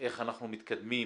איך אנחנו מתקדמים